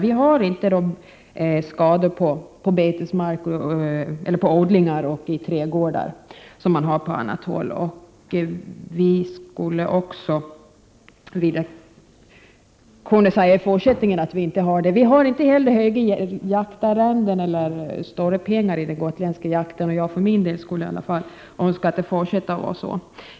Vi har inte samma skador på betesmarker, odlingar och trädgårdar som man har på annat håll. Vi skulle också vilja kunna säga i fortsättningen att vi inte har det. Inte heller har vi höga jaktarrenden eller stora pengar i den gotländska jakten, och jag för min del skulle önska att det fortsatte att vara så.